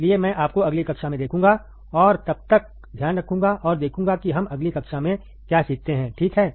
इसलिए मैं आपको अगली कक्षा में देखूंगा और तब तक ध्यान रखूंगा और देखूंगा कि हम अगली कक्षा में क्या सीखते हैं ठीक है